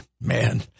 man